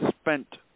spent